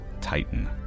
Titan